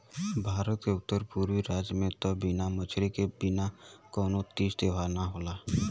भारत के उत्तर पुरबी राज में त बिना मछरी के बिना कवनो तीज त्यौहार ना होला